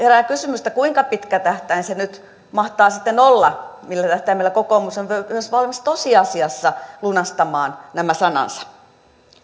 että kuinka pitkä tähtäin se mahtaa sitten olla millä tähtäimellä kokoomus on myös valmis tosiasiassa lunastamaan nämä sanansa